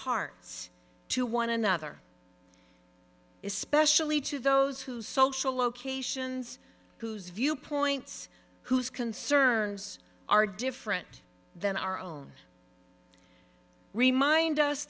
hearts to one another especially to those whose social locations whose viewpoints whose concerns are different than our own remind us